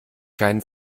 keinen